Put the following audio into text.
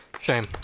Shame